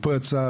פה יצא